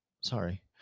Sorry